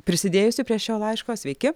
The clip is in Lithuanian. prisidėjusių prie šio laiško sveiki